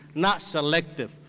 not selective,